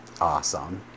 Awesome